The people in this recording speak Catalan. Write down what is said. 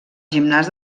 gimnàs